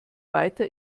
weiter